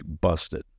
busted